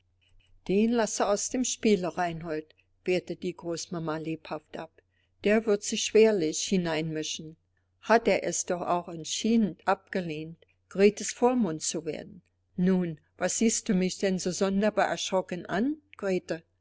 den lasse aus dem spiele reinhold wehrte die großmama lebhaft ab der wird sich schwerlich hineinmischen hat er es doch auch entschieden abgelehnt gretes vormund zu werden nun was siehst du mich denn so sonderbar erschrocken an